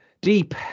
Deep